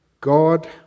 God